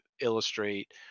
illustrate